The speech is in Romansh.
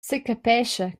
secapescha